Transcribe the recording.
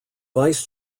vice